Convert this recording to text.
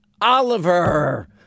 Oliver